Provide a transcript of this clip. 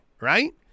right